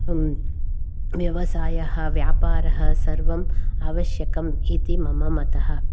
व्यवसायः व्यापारः सर्वम् आवश्यकम् इति मम मतः